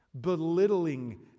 belittling